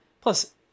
plus